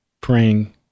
praying